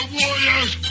warriors